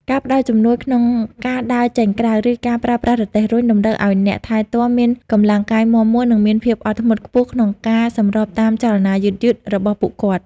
ការផ្តល់ជំនួយក្នុងការដើរចេញក្រៅ ឬការប្រើប្រាស់រទេះរុញ តម្រូវឱ្យអ្នកថែទាំមានកម្លាំងកាយមាំមួន និងមានភាពអត់ធ្មត់ខ្ពស់ក្នុងការសម្របតាមចលនាយឺតៗរបស់ពួកគាត់។